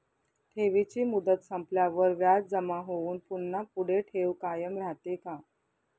ठेवीची मुदत संपल्यावर व्याज जमा होऊन पुन्हा पुढे ठेव कायम राहते का?